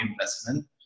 investment